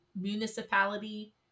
municipality